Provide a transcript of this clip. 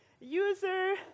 user